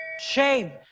Shame